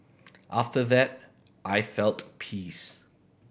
after that I felt peace